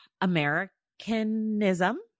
Americanism